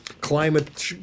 climate